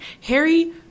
Harry